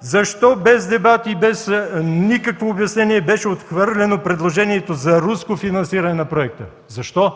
Защо без дебати и без никакво обяснение беше отхвърлено предложението за руско финансиране на проекта? Защо?!